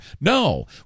No